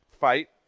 fight